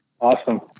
Awesome